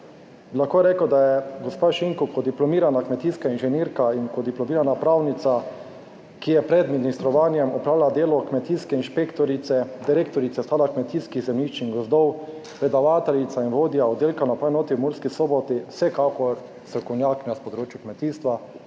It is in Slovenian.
lahko rekel, da je gospa Šinko kot diplomirana kmetijska inženirka in kot diplomirana pravnica, ki je pred ministrovanjem opravljala delo kmetijske inšpektorice, direktorice Sklada kmetijskih zemljišč in gozdov, predavateljica in vodja oddelka na Upravni enoti v Murski Soboti vsekakor strokovnjakinja s področja kmetijstva